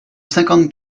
cinquante